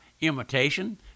imitation